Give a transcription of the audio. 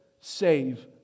save